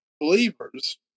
believers